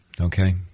Okay